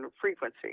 frequency